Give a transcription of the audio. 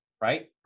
Right